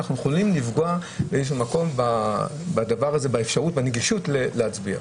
אנחנו יכולים לפגוע באיזשהו מקום בנגישות להצביע.